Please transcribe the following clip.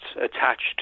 attached